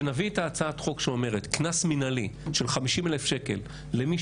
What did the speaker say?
כשנביא את הצעת חוק שאומרת קנס מנהלי של 50 אלף שקלים למי